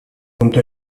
punto